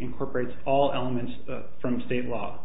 incorporates all elements from state law